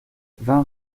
vingt